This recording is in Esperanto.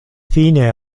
fine